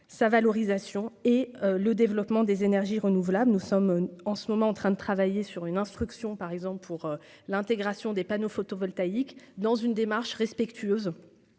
sa valorisation et le développement des énergies renouvelables, nous sommes en ce moment en train de travailler sur une instruction par exemple pour l'intégration des panneaux photovoltaïques dans une démarche respectueuse